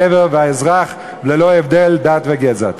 הגבר והאזרח ללא הבדל דת וגזע.